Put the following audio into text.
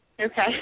Okay